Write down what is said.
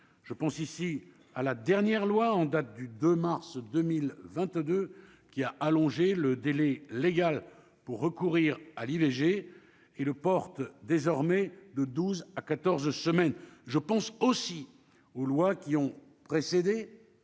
je pense ici à la dernière loi en date du 2 mars 2022 qui a allongé le délai légal pour recourir à l'IVG et le porte désormais de 12 à 14 semaines, je pense aussi aux lois qui ont précédé,